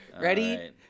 Ready